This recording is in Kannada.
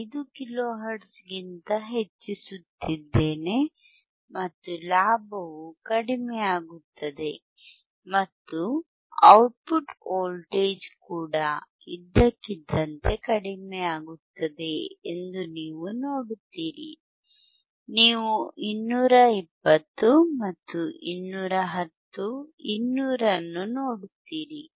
5 ಕಿಲೋ ಹರ್ಟ್ಜ್ಗಿಂತ ಹೆಚ್ಛಿಸುತ್ತಿದ್ದೇನೆ ಮತ್ತು ಲಾಭವು ಕಡಿಮೆಯಾಗುತ್ತದೆ ಮತ್ತು ಔಟ್ಪುಟ್ ವೋಲ್ಟೇಜ್ ಕೂಡ ಇದ್ದಕ್ಕಿದ್ದಂತೆ ಕಡಿಮೆಯಾಗುತ್ತದೆ ಎಂದು ನೀವು ನೋಡುತ್ತೀರಿ ನೀವು 220 ಮತ್ತು 210 200 ಅನ್ನು ನೋಡುತ್ತೀರಿ